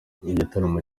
igitaramo